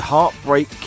Heartbreak